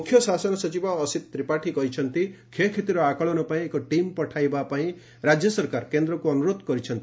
ମ୍ରଖ୍ୟଶାସନ ସଚିବ ଅସିତ ତ୍ରିପାଠୀ କହିଛନ୍ତି କ୍ଷୟକ୍ଷତିର ଆକଳନ ପାଇଁ ଏକ ଟିମ୍ ପଠାଇବା ପାଇଁ ରାଜ୍ୟ ସରକାର କେନ୍ଦ୍ରକୁ ଅନୁରୋଧ କରିଛନ୍ତି